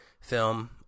film